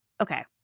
Okay